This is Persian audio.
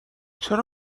چرا